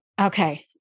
Okay